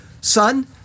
Son